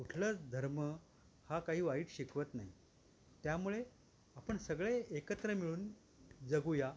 कुठला धर्म हा काही वाईट शिकवत नाही त्यामुळे आपण सगळे एकत्र मिळून जगूया